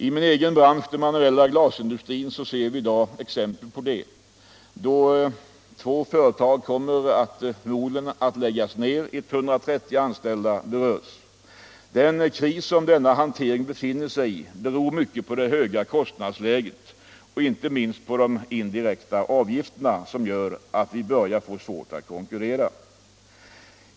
I min egen bransch, den manuella glasindustrin, ser vi i dag exempel på det. Två företag kommer förmodligen att läggas ned och 130 anställda berörs. Den kris som denna hantering befinner sig i beror mycket på det höga kostnadsläget och inte minst på de indirekta avgifterna som gör att vi börjar få svårt att konkurrera på exportmarknaderna.